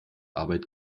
arbeit